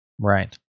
Right